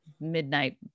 midnight